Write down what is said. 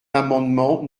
l’amendement